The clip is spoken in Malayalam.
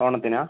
ഓണത്തിനാണോ